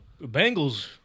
Bengals